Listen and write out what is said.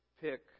pick